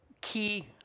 key